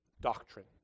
doctrine